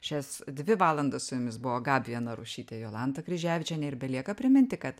šias dvi valandas su jumis buvo gabija narušytė jolanta kryževičienė ir belieka priminti kad